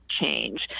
change